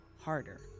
harder